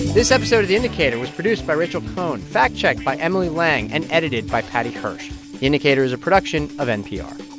this episode of the indicator was produced by rachael cohn, fact-checked by emily lang and edited by paddy hirsch. the indicator is a production of npr